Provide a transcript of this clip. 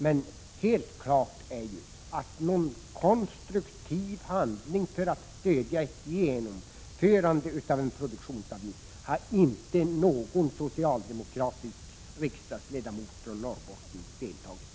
Men helt klart är att någon konstruktiv handling för att stödja ett genomförande av en produktionsavgift har inte någon socialdemokratisk riksdagsledamot från Norrbotten deltagit i.